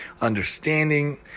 understanding